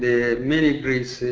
the mini grids,